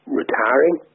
retiring